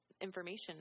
information